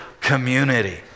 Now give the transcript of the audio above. community